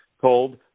called